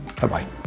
Bye-bye